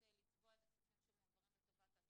לצבוע את הכספים שמועברים לטובת התוכנית,